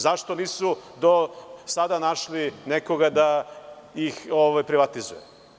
Zašto nisu do sada našli nekoga da ih privatizuje?